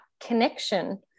connection